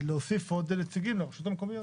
להוסיף עוד נציגים לרשויות המקומיות.